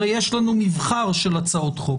הרי יש לנו מבחר של הצעות חוק.